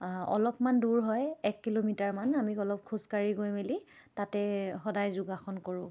অলপমান দূৰ হয় এক কিলোমিটাৰমান আমি অলপ খোজকাঢ়ি গৈ মেলি তাতে সদায় যোগাসন কৰোঁ